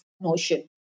notion